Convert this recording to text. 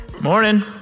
Morning